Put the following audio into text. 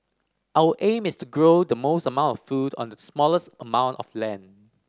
our aim is to grow the most amount of food on the smallest amount of land